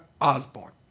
Osborne